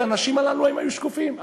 באמת האנשים הללו היו שקופים,